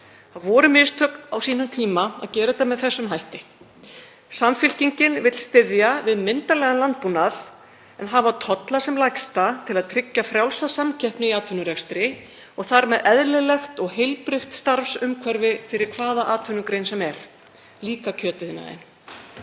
Það voru mistök á sínum tíma að gera það með þessum hætti. Samfylkingin vill styðja við myndarlegan landbúnað en hafa tolla sem lægsta til að tryggja frjálsa samkeppni í atvinnurekstri og þar með eðlilegt og heilbrigt starfsumhverfi fyrir hvaða atvinnugrein sem er, líka kjötiðnaðinn.